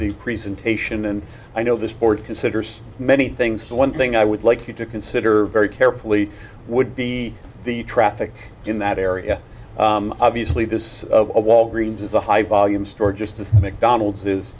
the presentation and i know this board considers many things the one thing i would like you to consider very carefully would be the traffic in that area obviously this a walgreens is a high volume store just as mcdonald's is